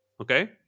Okay